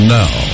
now